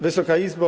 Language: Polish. Wysoka Izbo!